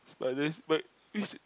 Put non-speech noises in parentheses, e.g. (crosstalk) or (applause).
but this might (noise)